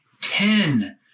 Ten